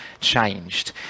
changed